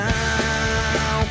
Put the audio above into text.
now